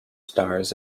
stars